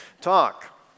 talk